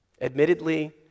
Admittedly